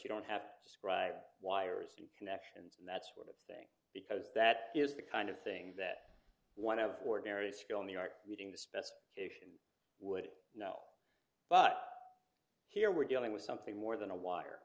you don't have to scribe wires and connections and that sort of thing because that is the kind of thing that one of ordinary still new york reading the specification would know but here we're dealing with something more than a wire